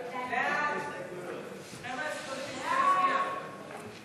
ההסתייגות של חבר הכנסת יוסי יונה לסעיף